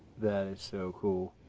that is so cool.